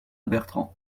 bertrand